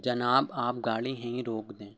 جناب آپ گاڑی یہیں روک دیں